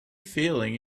feeling